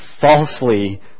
falsely